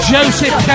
Joseph